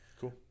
Cool